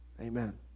Amen